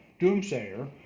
doomsayer